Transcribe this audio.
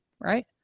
right